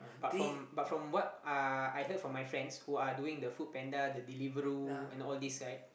but from but from what uh I heard from my friends who are doing the FoodPanda the Deliveroo and all this right